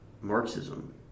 Marxism